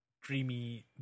dreamy